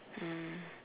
mm